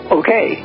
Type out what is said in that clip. okay